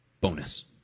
bonus